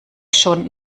schon